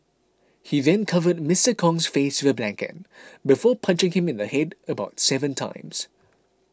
he then covered Mister Kong's face with a blanket before punching him in the head about seven times